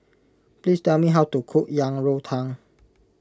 please tell me how to cook Yang Rou Tang